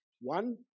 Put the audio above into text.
one